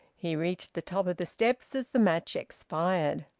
he reached the top of the steps as the match expired.